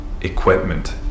equipment